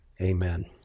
amen